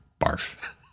Barf